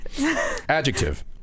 Adjective